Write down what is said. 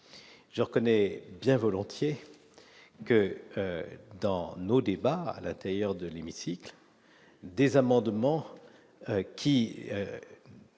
je reconnais bien volontiers que dans nos débats à l'intérieur de l'hémicycle. Des amendements qui